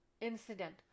incident